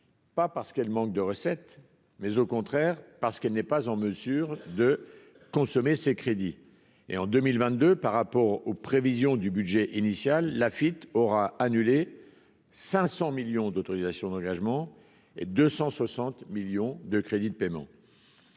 pas parce qu'elle manque de recettes, mais au contraire parce qu'elle n'est pas en mesure de consommer ces crédits et en 2022 par rapport aux prévisions du budget initial Lafitte aura annulé 500 millions d'autorisations d'engagement et 260 millions de crédits de paiement.